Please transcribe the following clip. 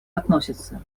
относится